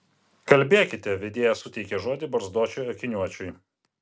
kalbėkite vedėja suteikė žodį barzdočiui akiniuočiui